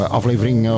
aflevering